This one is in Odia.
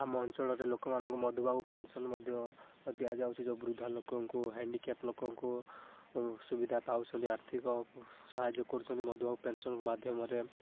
ଆମ ଅଞ୍ଚଳରେ ଲୋକମାନଙ୍କୁ ମଧୁବାବୁ ପେନ୍ସନ୍ ମଧ୍ୟ ଦିଆଯାଉଛି ଯେଉଁ ବୃଦ୍ଧାଲୋକଙ୍କୁ ହେଣ୍ଡିକେପ୍ ଲୋକଙ୍କୁ ସୁବିଧା ପାଉଛନ୍ତି ଆର୍ଥିକ ସାହାଯ୍ୟ କରୁଛନ୍ତି ମଧୁବାବୁ ପେନ୍ସନ୍ ମାଧ୍ୟମରେ